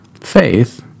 Faith